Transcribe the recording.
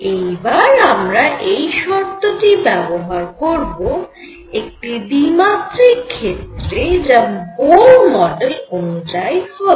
এইবার আমরা এই শর্তটি ব্যবহার করব একটি দ্বিমাত্রিক ক্ষেত্রে যা বোর মডেল অনুযায়ী হবে